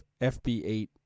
FB8